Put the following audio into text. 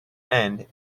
and